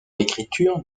l’écriture